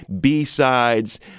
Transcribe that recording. B-sides